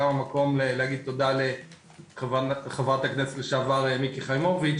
גם המקום להגיד תודה לחברת הכנסת לשעבר מיקי חיימוביץ'.